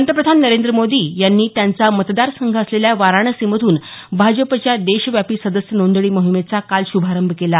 पंतप्रधान नरेंद्र मोदी यांनी त्यांचा मतदारसंघ असलेल्या वाराणसीमधून भाजपच्या देशव्यापी सदस्य नोंदणी मोहिमेचा काल शुभारंभ केला